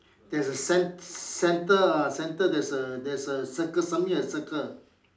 there is a cen~ centre ah centre there's a there's a circle something like a circle